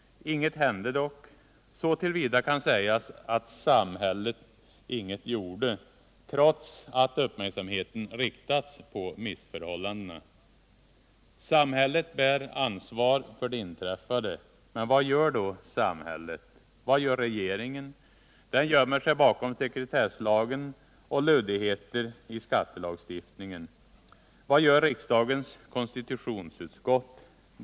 Inget hände dock. Så mycket kan sägas att ”samhället” inget gjorde trots att uppmärksamheten riktades på missförhållandena. Samhället bär ansvar för det inträffade. Men vad gör då samhället? Vad gör regeringen? Den gömmer sig bakom sekretesslagen och luddigheter i skattelagstiftningen. Vad gör riksdagens konstitutionsutskott?